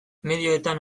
medioetan